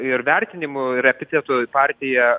ir vertinimų ir epitetų partija